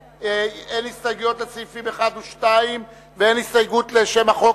אין הסתייגות לסעיפים 1 ו-2 ואין הסתייגות לשם החוק,